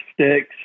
sticks